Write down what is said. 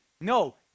no